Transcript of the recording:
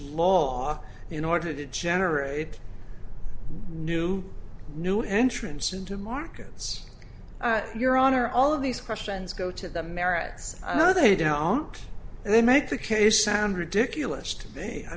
law in order to generate new new entrants into markets your honor all of these questions go to the merits i know they don't and they make the case sound ridiculous to me i